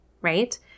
right